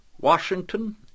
Washington